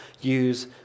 use